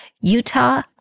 Utah